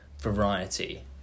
variety